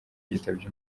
yitabye